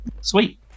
sweet